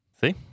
see